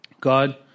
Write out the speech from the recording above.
God